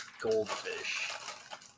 goldfish